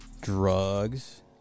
drugs